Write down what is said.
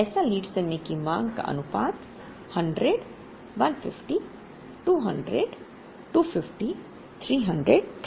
ऐसा लीड समय की मांग का अनुपात 100 150 200 250 300 था